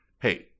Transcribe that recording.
hey